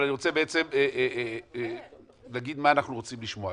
אבל אני רוצה בעצם להגיד מה שאנחנו רוצים לשמוע.